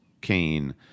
Kane